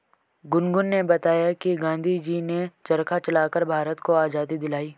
गुनगुन ने बताया कि गांधी जी ने चरखा चलाकर भारत को आजादी दिलाई